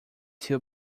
two